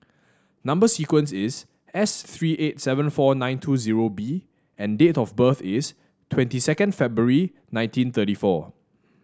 number sequence is S three eight seven four nine two zero B and date of birth is twenty second February nineteen thirty four